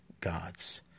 gods